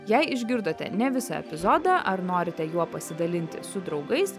jei išgirdote ne visą epizodą ar norite juo pasidalinti su draugais